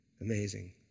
Amazing